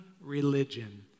religion